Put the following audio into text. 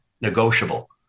negotiable